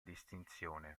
distinzione